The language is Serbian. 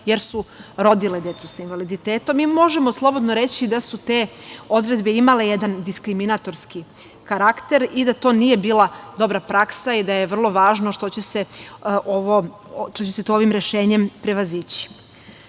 jer su rodile decu sa invaliditetom. Možemo slobodno reći da su te odredbe imale jedan diskriminatorski karakter i da to nije bila dobra praksa i da je vrlo važno što će se to ovim rešenjem prevazići. Takođe,